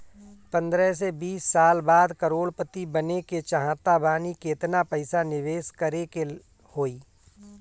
पंद्रह से बीस साल बाद करोड़ पति बने के चाहता बानी केतना पइसा निवेस करे के होई?